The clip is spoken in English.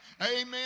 Amen